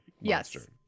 Yes